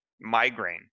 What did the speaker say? migraine